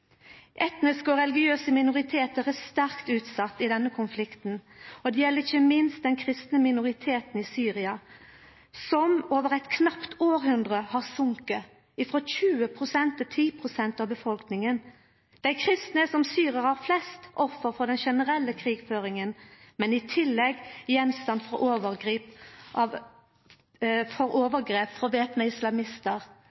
og religiøse minoritetar er sterkt utsette i denne konflikten, og det gjeld ikkje minst den kristne minoriteten i Syria, som i løpet av eit knapt århundre har falle frå 20 pst. til 10 pst. av befolkninga. Dei kristne er, som syrarar flest, offer for den generelle krigføringa, men i tillegg er dei utsette for overgrep